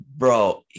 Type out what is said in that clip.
Bro